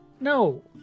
No